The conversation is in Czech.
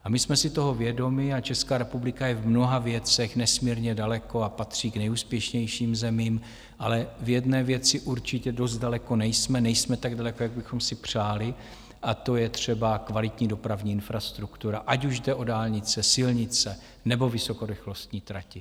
A my jsme si toho vědomi, Česká republika je v mnoha věcech nesmírně daleko a patří k nejúspěšnějším zemím, ale v jedné věci určitě dost daleko nejsme, nejsme tak daleko, jak bychom si přáli, a to je třeba kvalitní dopravní infrastruktura, ať už jde o dálnice, silnice nebo vysokorychlostní trati.